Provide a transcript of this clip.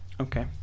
Okay